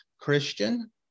Christian